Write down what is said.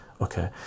okay